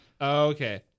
Okay